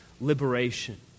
liberation